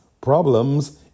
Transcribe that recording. problems